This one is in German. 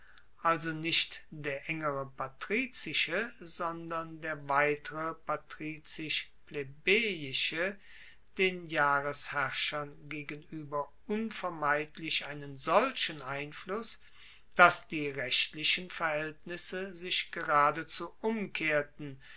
also nicht der engere patrizische sondern der weitere patrizisch plebejische den jahresherrschern gegenueber unvermeidlich einen solchen einfluss dass die rechtlichen verhaeltnisse sich geradezu umkehrten